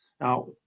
Now